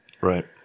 Right